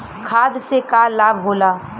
खाद्य से का लाभ होला?